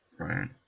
right